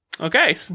Okay